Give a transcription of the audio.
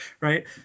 right